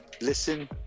listen